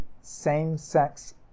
same-sex